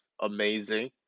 amazing